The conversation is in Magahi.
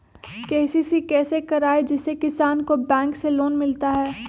के.सी.सी कैसे कराये जिसमे किसान को बैंक से लोन मिलता है?